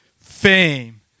fame